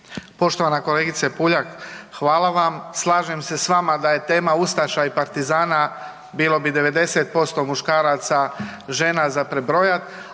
Poštovana kolegice Puljak, hvala vam. Slažem se s vama da je tema ustaša i partizana bilo bi 90% muškaraca, žena za prebrojat,